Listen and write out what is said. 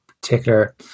particular